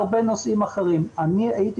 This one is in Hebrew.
אנחנו סומכים עליו בהרבה נושאים אחרים ואני הייתי